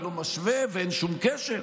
שאני לא משווה ואין שום קשר.